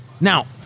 Now